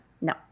No